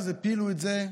אז הפילו את זה.